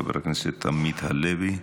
חבר הכנסת עמית הלוי,